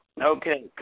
Okay